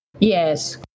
Yes